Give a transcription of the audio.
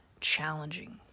challenging